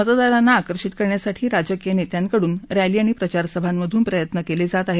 मतदारांना आकर्षित करण्यासाठी राजकीय नेत्यांकडून रॅली आणि प्रचारसभांमधून प्रयत्न केले जात आहेत